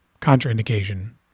Contraindication